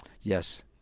Yes